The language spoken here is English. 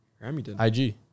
IG